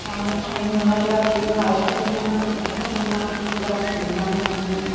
मानो थांनो मोना जाखो नायथारगौमोन आं थांथारगौमोन आं गोसो जाथारदोंमोन आं थांनो